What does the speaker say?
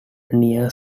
near